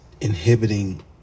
inhibiting